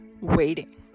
waiting